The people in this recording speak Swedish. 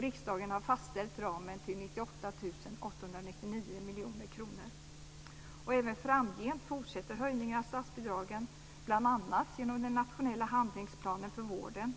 Riksdagen har fastställt ramen till 98 899 miljoner kronor. Även framgent fortsätter höjningen av statsbidragen, bl.a. genom den nationella handlingsplanen för vården.